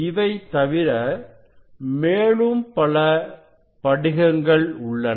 இவை தவிர மேலும் பல படிகங்கள் உள்ளன